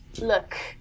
Look